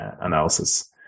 analysis